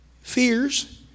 fears